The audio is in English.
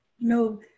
no